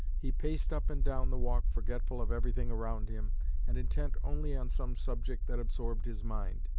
he paced up and down the walk forgetful of everything around him and intent only on some subject that absorbed his mind.